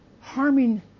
harming